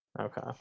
Okay